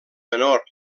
menor